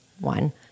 one